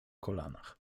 kolanach